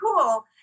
cool